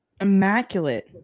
immaculate